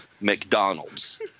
McDonald's